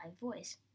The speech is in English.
voice